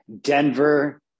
Denver